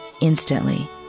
instantly